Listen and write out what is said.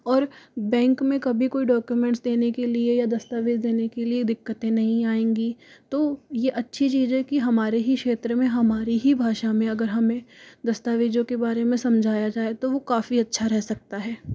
और बैंक में कभी कोई डॉक्यूमेंट्स देने के लिए या दस्तावेज़ देने के लिए दिक्कतें नहीं आएँगी तो यह अच्छी चीज़ है की हमारी ही क्षेत्र में हमारी ही भाषा में अगर हमें दस्तावेजों के बारे में समझाया जाए तो वह काफी अच्छा रह सकता है